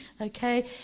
okay